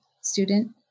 student